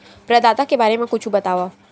प्रदाता के बारे मा कुछु बतावव?